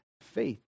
faith